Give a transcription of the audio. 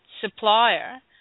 supplier